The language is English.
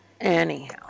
Anyhow